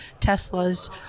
Teslas